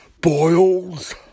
boils